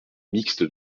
mixte